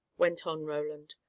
went on roland.